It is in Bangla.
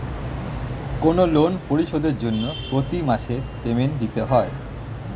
কোনো লোন পরিশোধের জন্য প্রতি মাসে পেমেন্ট দিতে হয়